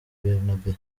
bernabeu